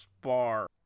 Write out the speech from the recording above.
Bar